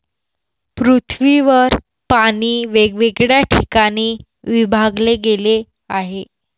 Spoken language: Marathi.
पृथ्वीवर पाणी वेगवेगळ्या ठिकाणी विभागले गेले आहे